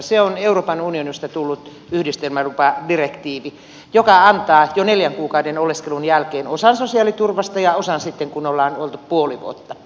se on euroopan unionista tullut yhdistelmälupadirektiivi joka antaa jo neljän kuukauden oleskelun jälkeen osan sosiaaliturvasta ja osan sitten kun ollaan oltu puoli vuotta